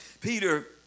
Peter